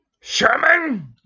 Sherman